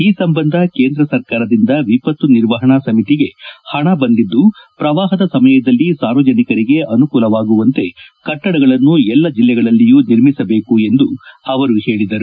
ಈ ಸಂಬಂಧ ಕೇಂದ್ರ ಸರ್ಕಾರದಿಂದ ವಿಪತ್ತು ನಿರ್ವಹಣಾ ಸಮಿತಿಗೆ ಹಣ ಪಂದಿದ್ದು ಪ್ರವಾಹದ ಸಮಯದಲ್ಲಿ ಸಾರ್ವಜನಿಕರಿಗೆ ಅನುಕೂಲವಾಗುವಂತೆ ಕಟ್ಟಡಗಳನ್ನು ಎಲ್ಲಾ ಜಿಲ್ಲೆಗಳಲ್ಲಿಯೂ ನಿರ್ಮಿಸಬೇಕು ಎಂದು ಅವರು ಹೇಳಿದರು